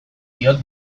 diot